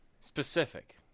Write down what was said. specific